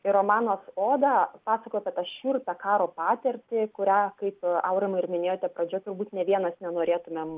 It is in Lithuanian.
ir romanas oda pasakoja apie tą šiurpią karo patirtį kurią kaip aurimai ir minėjote pradžioj turbūt nė vienas nenorėtumėm